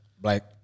black